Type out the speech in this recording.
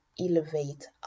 elevate